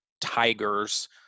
tigers